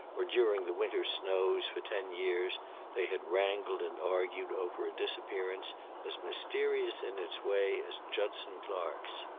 or during the winter snows, for ten years they had wrangled and argued over a disappearance as mysterious in its way as judson clark's.